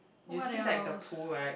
what else